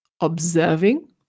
observing